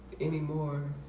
anymore